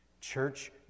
Church